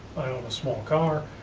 i own a small car.